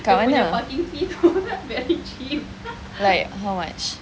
kat mana like how much